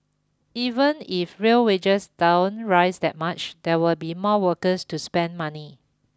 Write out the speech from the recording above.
even if real wages don't rise that much there will be more workers to spend money